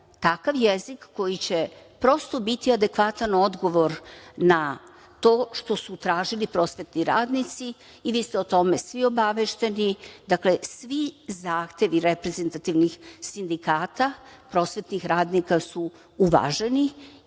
takav jezik koji će prosto biti adekvatan odgovor na to što su tražili prosvetni radnici i vi ste o tome svi obavešteni. Dakle, svi zahtevi reprezentativnih sindikata prosvetnih radnika su uvaženi